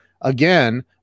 again